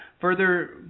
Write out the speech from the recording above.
further